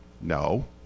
No